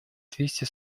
двести